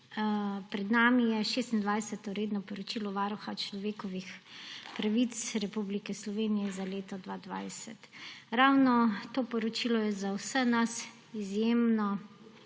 Pred nami je 26. redno poročilo Varuha človekovih pravic Republike Slovenije za leto 2020. Ravno to poročilo je za vse nas izjemno